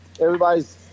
everybody's